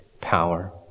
power